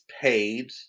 paid